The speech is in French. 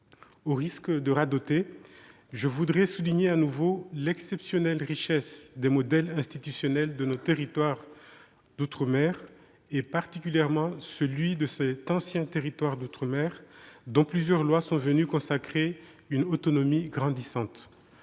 Au risque de radoter, je veux souligner de nouveau l'exceptionnelle richesse des modèles institutionnels de nos territoires d'outre-mer et particulièrement celui de cet ancien territoire d'outre-mer, dont plusieurs lois ont consacré une autonomie grandissante.